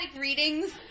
readings